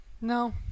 No